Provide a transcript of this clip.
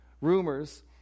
Rumors